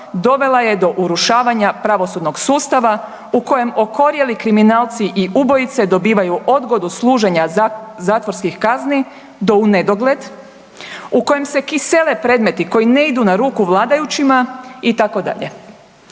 dovela je do urušavanja pravosudnog sustava u kojem okorjeli kriminalci i ubojice dobivaju odgodu služenja zatvorskih kazni, do unedogled, u kojem se kisele predmeti koji ne idu na ruku vladajućima itd.